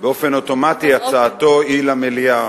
באופן אוטומטי הצעתו היא למליאה.